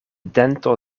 dento